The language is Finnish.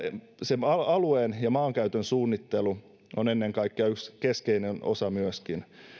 se alueen ja maankäytön suunnittelu on ennen kaikkea yksi keskeinen osa